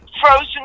frozen